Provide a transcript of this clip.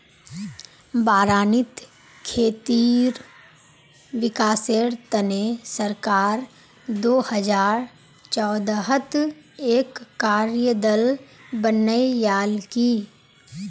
बारानीत खेतीर विकासेर तने सरकार दो हजार चौदहत एक कार्य दल बनैय्यालकी